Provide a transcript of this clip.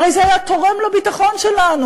הרי זה היה תורם לביטחון שלנו.